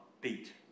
beat